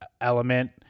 element